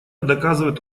доказывает